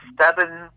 seven